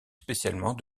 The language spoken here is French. spécialement